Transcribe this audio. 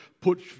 put